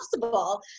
possible